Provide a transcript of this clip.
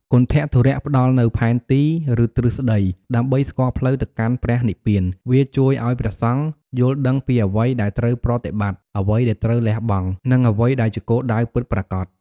គន្ថធុរៈ ផ្តល់នូវ ផែនទី ឬទ្រឹស្តី ដើម្បីស្គាល់ផ្លូវទៅកាន់ព្រះនិព្វាន វាជួយឱ្យព្រះសង្ឃយល់ដឹងពីអ្វីដែលត្រូវប្រតិបត្តិ អ្វីដែលត្រូវលះបង់ និងអ្វីដែលជាគោលដៅពិតប្រាកដ។